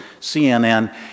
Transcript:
CNN